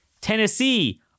Tennessee